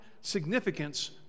significance